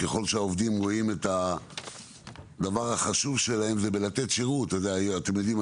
וככל שהדבר החשוב עבור העובדים זה לתת שירות אתם יודעים,